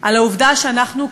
השם ייקום דמם, בכל צורה שאנחנו לא